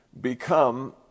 become